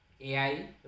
ai